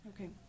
Okay